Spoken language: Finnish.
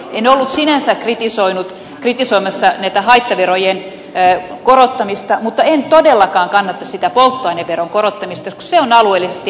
en ollut sinänsä kritisoimassa näitä haittaverojen korottamisia mutta en todellakaan kannata sitä polttoaineveron korottamista koska se on alueellisesti epäoikeudenmukainen